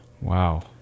Wow